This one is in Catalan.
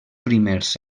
primers